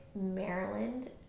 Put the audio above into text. maryland